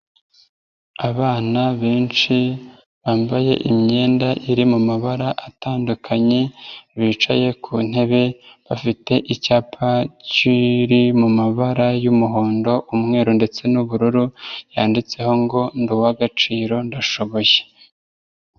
Abana benshi bambaye imyenda iri mu mabara atandukanye, bicaye ku ntebe bafite icyapa kiri mu mabara y'umuhondo, umweru ndetse n'ubururu, yanditseho ngo ndi uw'agaciro ndashoboye.